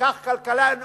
תיקח כלכלן אובייקטיבי,